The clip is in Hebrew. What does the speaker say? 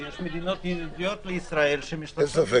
כי יש מדינות ידידותיות לישראל ש --- אין ספק,